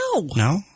No